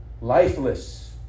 lifeless